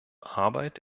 arbeit